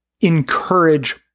encourage